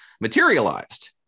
materialized